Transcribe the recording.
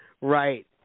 Right